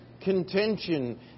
contention